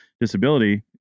disability